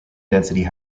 density